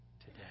today